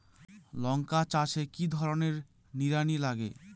লঙ্কা চাষে কি ধরনের নিড়ানি লাগে?